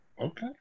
Okay